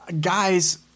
guys